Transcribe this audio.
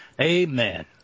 Amen